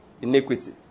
iniquity